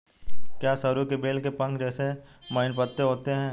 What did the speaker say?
क्या सरु के बेल के पंख जैसे महीन पत्ते होते हैं?